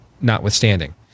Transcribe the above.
notwithstanding